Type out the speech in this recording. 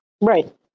right